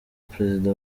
perezida